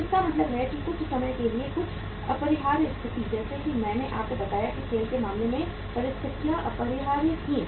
तो इसका मतलब है कि कुछ समय के लिए कुछ अपरिहार्य परिस्थितियाँ जैसा कि मैंने आपको बताया कि सेल के मामले में परिस्थितियाँ अपरिहार्य थीं